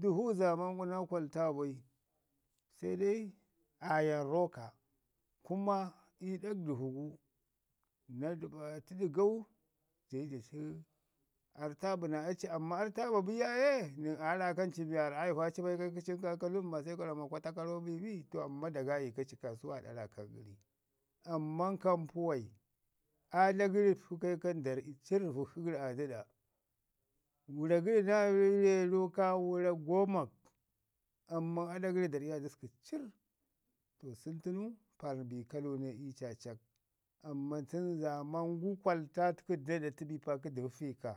dəvu zaaman gu naa kwalta boi sai dai aa yan roka kuma ii ɗak dəvu gu na ta5atu dəgau ja yi jatli arrtabu naa aci, amman arrtaabu bi yaaye, nən aa raakan ci be waarra ai ivo ci bai kaika cin kaa kalau nən ba de kwa ramu ma kwata kara bibi, to amman daga ikoci kaasau aa ɗa raakan gəri. Amman kampuwai, aadla gəri təku kai kan darri tərr vəkshi gəri aa dəɗa. Wəra gəri wərau ka wəra gwamak amman aɗa gəri da rri aa dəsku cirr. To səj tənu pau bi kalau ne i caacak. Amman tən zaaman gu kwalta təku nela da tu bi kə dəvu fika.